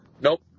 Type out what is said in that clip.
Nope